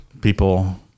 people